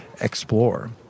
explore